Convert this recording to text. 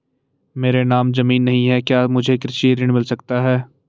मेरे नाम ज़मीन नहीं है क्या मुझे कृषि ऋण मिल सकता है?